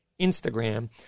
Instagram